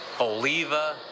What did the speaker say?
Oliva